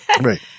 Right